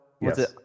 Yes